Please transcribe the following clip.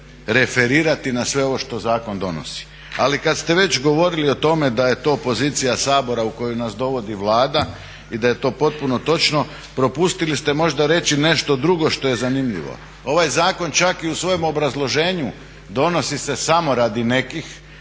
se referirati na sve ovo što zakon donosi. Ali kad ste već govorili o tome da je to pozicija Sabora u koju nas dovodi Vlada i da je to potpuno točno propustili ste možda reći nešto drugo što je zanimljivo, ovaj zakon čak i u svojem obrazloženju donosi se samo radi nekih,